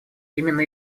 именно